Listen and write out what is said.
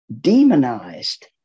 demonized